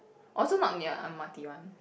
also not near M_R_T one